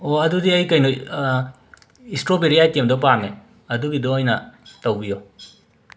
ꯑꯣ ꯑꯗꯨꯒꯤ ꯑꯩ ꯀꯩꯅꯣ ꯁꯇ꯭ꯔꯣꯕꯦꯔꯤ ꯑꯥꯏꯇꯦꯝꯗꯣ ꯄꯥꯝꯃꯦ ꯑꯗꯨꯒꯤꯗꯣ ꯑꯣꯏꯅ ꯇꯧꯕꯤꯌꯣ